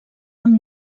amb